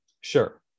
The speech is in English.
sure